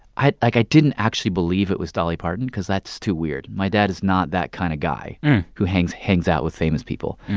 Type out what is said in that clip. i like i didn't actually believe it was dolly parton because that's too weird. my dad is not that kind of guy who hangs hangs out with famous people.